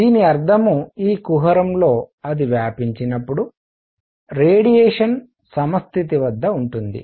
దీని అర్థం ఈ కుహరంలో అది వ్యాపించినప్పుడు రేడియేషన్ సమస్థితి వద్ద ఉంటుంది